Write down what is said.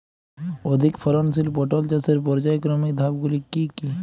অধিক ফলনশীল পটল চাষের পর্যায়ক্রমিক ধাপগুলি কি কি?